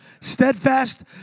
Steadfast